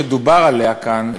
שדובר עליה כאן,